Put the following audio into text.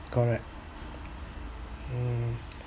correct mm